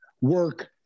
work